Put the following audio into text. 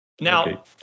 Now